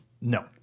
No